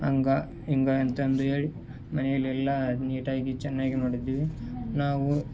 ಹಂಗ ಹಿಂಗ ಅಂತಂದು ಹೇಳಿ ಮನೆಯಲ್ಲಿ ಎಲ್ಲ ನೀಟಾಗಿ ಚೆನ್ನಾಗಿ ಮಾಡಿದ್ದೀವಿ ನಾವು